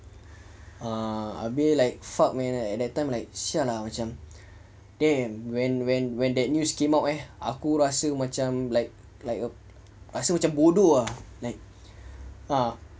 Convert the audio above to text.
ah abeh like fuck man at that time like !siala! macam damn when when when that news came out eh aku rasa macam like like rasa macam bodoh ah like ah